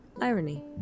Irony